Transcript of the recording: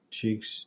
Cheeks